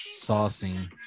Saucing